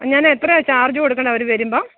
ഞാൻ എത്രയാ ചാർജ്ജ് കൊടുക്കേണ്ടത് അവർ വരുമ്പം